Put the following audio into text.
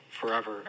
forever